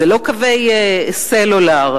אלה לא קווי סלולר,